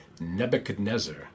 Nebuchadnezzar